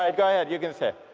um go ahead you can say it.